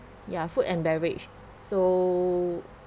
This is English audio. ya food and beverage so